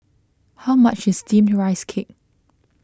how much is Steamed Rice Cake